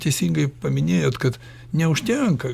teisingai paminėjot kad neužtenka